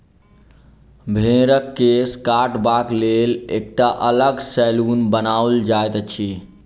भेंड़क केश काटबाक लेल एकटा अलग सैलून बनाओल जाइत अछि